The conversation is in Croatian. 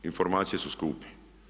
Informacije su skupe.